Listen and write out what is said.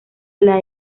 las